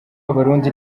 abarundi